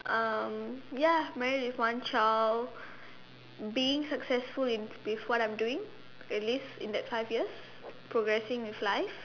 um ya married with one child being successful in with what I'm doing at least in that five years progressing with life